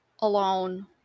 Alone